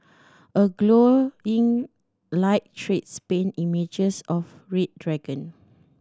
a glowing light trees paint images of red dragon